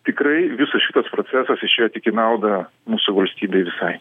tikrai visas šitas procesas išėjo tik į naudą mūsų valstybei visai